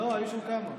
לא, היו שם כמה.